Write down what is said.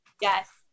Yes